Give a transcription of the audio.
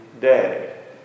day